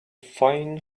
fine